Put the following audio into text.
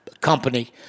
company